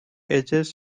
ages